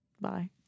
Bye